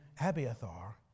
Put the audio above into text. Abiathar